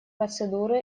процедуры